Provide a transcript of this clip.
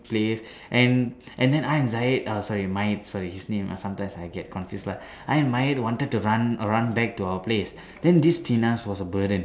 place and and then I and Zayet uh sorry Mayet sorry his name uh sometimes I get confused lah I and Mayet wanted to run uh run back to our place then this Penas was a burden